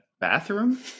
bathroom